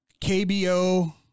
KBO